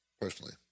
personally